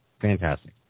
fantastic